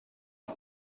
die